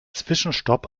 zwischenstopp